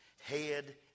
head